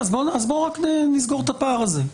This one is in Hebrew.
אז בוא רק נסגור את הפער הזה.